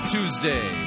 Tuesday